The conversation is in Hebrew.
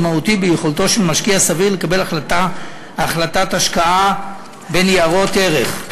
מהותי ביכולתו של משקיע סביר לקבל החלטת השקעה בניירות ערך.